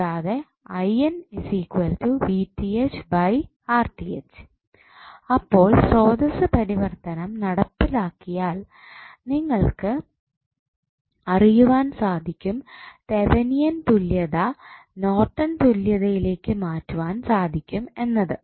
and അപ്പോൾ സ്രോതസ്സ് പരിവർത്തനം നടപ്പിലാക്കിയാൽ നിങ്ങൾക് അറിയുവാൻ സാധിക്കും തെവനിയൻ തുല്യത നോർട്ടൻ തുല്യത യിലേക്ക് മാറ്റുവാൻ സാധിക്കും എന്നത്